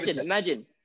Imagine